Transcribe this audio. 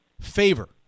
favor